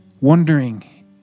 wondering